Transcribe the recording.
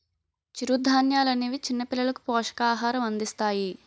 చిరుధాన్యాలనేవి చిన్నపిల్లలకు పోషకాహారం అందిస్తాయి